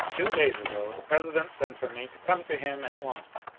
two days ago the president sent for me to come to him at once.